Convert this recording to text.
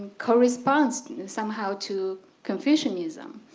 corresponds somehow to confucianism.